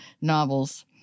novels